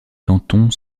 danton